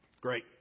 Great